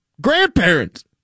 grandparents